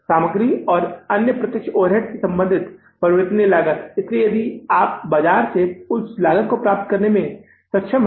सामग्री श्रम और अन्य प्रत्यक्ष ओवरहेड्स से सम्बंधित परिवर्तनीय लागत इसलिए यदि आप बाजार से उस लागत को पुनर्प्राप्त करने में सक्षम हैं